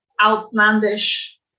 outlandish